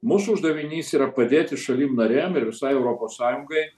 mūsų uždavinys yra padėti šalim narėm ir visai europos sąjungai